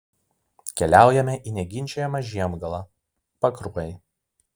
keliaujame į neginčijamą žiemgalą pakruojį